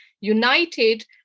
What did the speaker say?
united